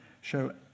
show